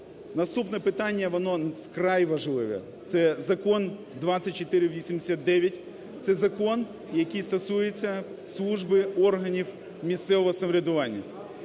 Наступне питання, воно вкрай важливе, це Закон 2489. Це закон, який стосується служби органів місцевого самоврядування.